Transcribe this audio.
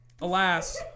alas